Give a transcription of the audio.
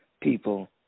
people